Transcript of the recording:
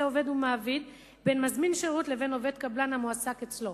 עובד ומעביד בין מזמין שירות לבין עובד קבלן המועסק אצלו.